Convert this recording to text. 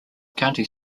county